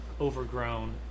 overgrown